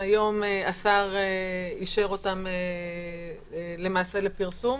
השר אישר אותן למעשה להערות הציבור.